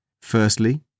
Firstly